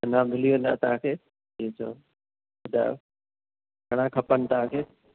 अञा मिली वेंदा तव्हांखे जीअं चयो ॿुधायो घणा खपनि तव्हांखे